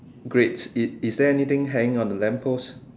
great is is there anything hanging on the lamp post